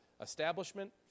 establishment